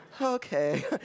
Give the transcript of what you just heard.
okay